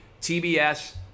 TBS